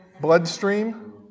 bloodstream